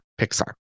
Pixar